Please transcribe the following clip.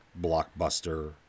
blockbuster